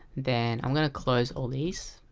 then i'm gonna close all these